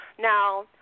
Now